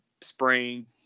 spring